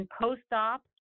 post-op